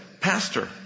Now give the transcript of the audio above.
Pastor